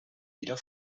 wieder